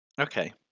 Okay